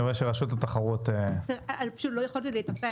אני רואה שרשות התחרות --- אני פשוט לא יכולתי להתאפק.